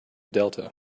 delta